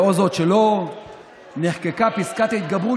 לאור זאת שלא נחקקה פסקת ההתגברות,